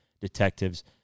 detectives